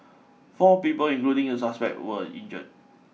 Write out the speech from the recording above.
four people including the suspect were injured